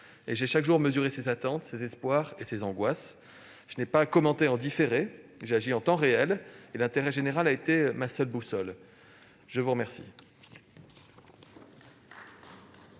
et, chaque jour, j'ai mesuré ces attentes, ces espoirs et ces angoisses. Je n'ai pas commenté en différé. J'ai agi en temps réel et l'intérêt général a été ma seule boussole. Nous allons